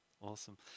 awesome